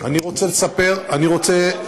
אני רוצה לספר, אנחנו מקשיבים.